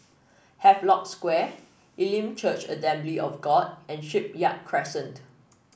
Havelock Square Elim Church Assembly of God and Shipyard Crescent